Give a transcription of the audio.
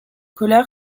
colère